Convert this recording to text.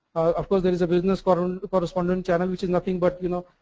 of course there is a business but and correspondent channel which is nothing but, you know,